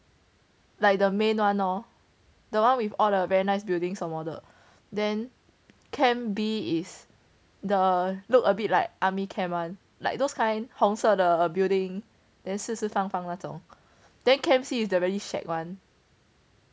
like the main one lor the one with all the very nice buildings 什么的 then camp B is the look a bit like army camp [one] like those kind 红色的 building then 四四方方那种 then camp C is the really shag [one]